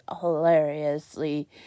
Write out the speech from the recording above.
hilariously